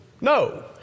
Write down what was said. No